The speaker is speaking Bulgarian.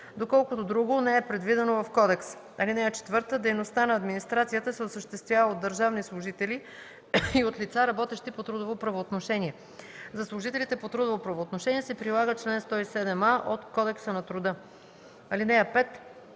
доколкото друго не е предвидено в кодекса. (4) Дейността на администрацията се осъществява от държавни служители и от лица, работещи по трудово правоотношение. За служителите по трудово правоотношение се прилага чл. 107а от Кодекса на труда. (5)